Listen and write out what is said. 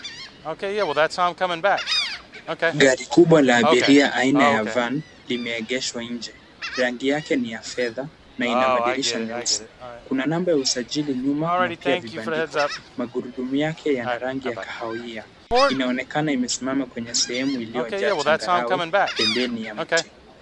Gari kubwa la abiria aina ya Van limeegeshwa nje, rangi yake ni ya fedha na ina madirisha meusi, kuna namba ya usajili nyuma na pia vibandiko, magurudumu yake yana rangi ya kahawia. Inaonekana imesimama kwenye sehemu iliyojaa changarawe pembeni ya mti.